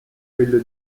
quello